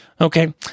Okay